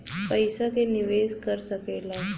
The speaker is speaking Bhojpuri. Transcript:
पइसा के निवेस कर सकेला